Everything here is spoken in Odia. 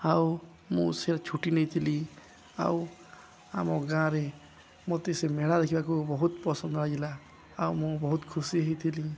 ଆଉ ମୁଁ ସେ ଛୁଟି ନେଇଥିଲି ଆଉ ଆମ ଗାଁରେ ମୋତେ ସେ ମେଳା ଦେଖିବାକୁ ବହୁତ ପସନ୍ଦ ଲାଗିଲା ଆଉ ମୁଁ ବହୁତ ଖୁସି ହେଇଥିଲି